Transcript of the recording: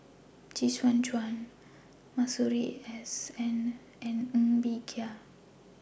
Chee Soon Juan Masuri S N and Ng Bee Kia